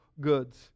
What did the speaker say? goods